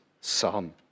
son